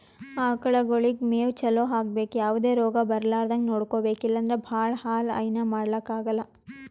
ಆಕಳಗೊಳಿಗ್ ಮೇವ್ ಚಲೋ ಹಾಕ್ಬೇಕ್ ಯಾವದೇ ರೋಗ್ ಬರಲಾರದಂಗ್ ನೋಡ್ಕೊಬೆಕ್ ಇಲ್ಲಂದ್ರ ಭಾಳ ಹಾಲ್ ಹೈನಾ ಮಾಡಕ್ಕಾಗಲ್